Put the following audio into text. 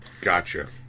Gotcha